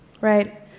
right